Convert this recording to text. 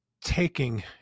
taking